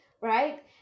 right